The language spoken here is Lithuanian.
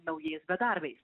naujais bedarbiais